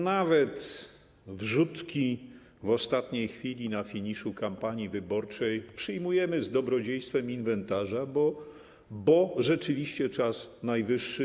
Nawet wrzutki w ostatniej chwili, na finiszu kampanii wyborczej, przyjmujemy z dobrodziejstwem inwentarza, bo rzeczywiście czas najwyższy.